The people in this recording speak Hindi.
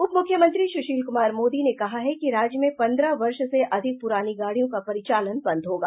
उप मुख्यमंत्री सुशील कुमार मोदी ने कहा है कि राज्य में पन्द्रह वर्ष से अधिक प्रानी गाड़ियों का परिचालन बंद होगा